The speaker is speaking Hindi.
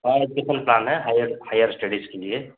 हाँ एज़ुकेशन प्लान है हाईअर हाईअर स्टडीज़ के लिए